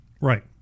Right